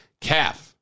calf